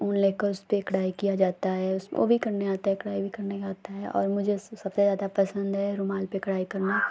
ऊन लेकर उसपर कढ़ाई की जाती है उस वह भी करना आता है कढ़ाई भी करनी आती है और मुझे इसमें सबसे ज़्यादा पसन्द है रुमाल पर कढ़ाई करना